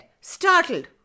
startled